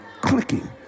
clicking